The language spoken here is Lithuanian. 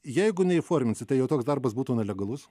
jeigu neįforminsi tai jau toks darbas būtų nelegalus